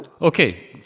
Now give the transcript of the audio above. Okay